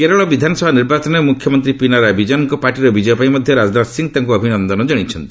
କେରଳ ବିଧାନସଭା ନିର୍ବାଚନରେ ମୁଖ୍ୟମନ୍ତ୍ରୀ ପିନାରାଇ ବିଜୟନ୍ଙ୍କ ପାର୍ଟିର ବିଜୟ ପାଇଁ ମଧ୍ୟ ରାଜନାଥ ସିଂହ ତାଙ୍କୁ ଅଭିନନ୍ଦନ ଜଣାଇଛନ୍ତି